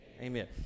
Amen